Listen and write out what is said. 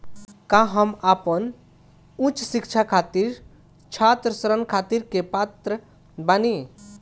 का हम अपन उच्च शिक्षा खातिर छात्र ऋण खातिर के पात्र बानी?